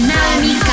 Naomi